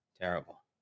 Terrible